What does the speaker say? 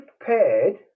prepared